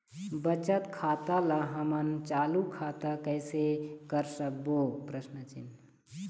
बचत खाता ला हमन चालू खाता कइसे कर सकबो?